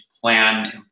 plan